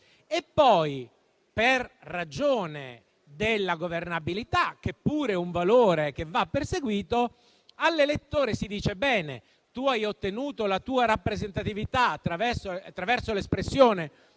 Poi, per ragioni di governabilità, che pure è un valore che va perseguito, all'elettore si dice «bene, tu hai ottenuto la tua rappresentatività attraverso l'espressione